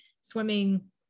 swimming